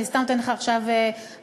אני סתם נותנת לך עכשיו רעיונות,